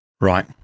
Right